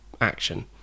action